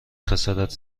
خسارت